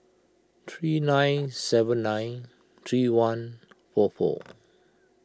three nine seven nine three one four four